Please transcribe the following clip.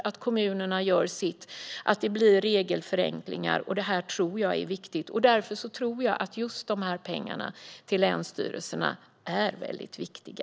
Och kommunerna gör sitt för att det ska bli regelförenklingar. Jag tror att det är viktigt. Och därför tror jag att just pengarna till länsstyrelserna är viktiga.